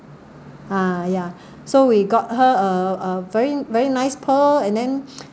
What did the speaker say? ah ya so we got her a a very very nice pearl and then